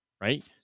Right